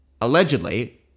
Allegedly